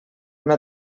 una